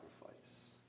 sacrifice